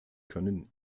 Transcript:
können